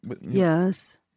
Yes